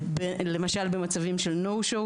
למשל במצבים של No Show,